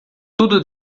tudo